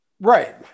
Right